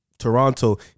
Toronto